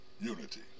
unity